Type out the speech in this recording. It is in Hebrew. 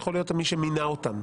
וזה יכול להיות מי שמינה אותם.